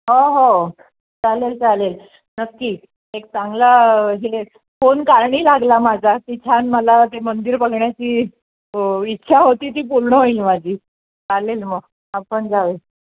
हो हो चालेल चालेल नक्की एक चांगला हे फोन कारणी लागला माझा की छान मला ते मंदिर बघण्याची इ इच्छा होती ती पूर्ण होईल माझी चालेल मग आपण जावे